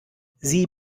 sie